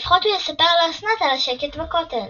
לפחות הוא יספר לאסנת על השקט בכותל.